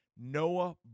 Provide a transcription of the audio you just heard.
Noah